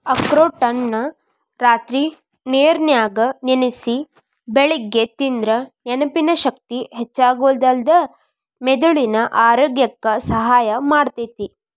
ಅಖ್ರೋಟನ್ನ ರಾತ್ರಿ ನೇರನ್ಯಾಗ ನೆನಸಿ ಬೆಳಿಗ್ಗೆ ತಿಂದ್ರ ನೆನಪಿನ ಶಕ್ತಿ ಹೆಚ್ಚಾಗೋದಲ್ದ ಮೆದುಳಿನ ಆರೋಗ್ಯಕ್ಕ ಸಹಾಯ ಮಾಡ್ತೇತಿ